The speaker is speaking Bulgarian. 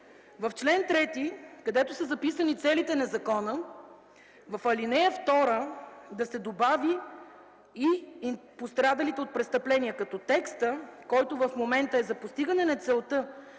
в чл. 3, където са записани целите на закона, в ал. 2 да се добави „и пострадалите от престъпления”, като текстът, който в момента е: „За постигане на целта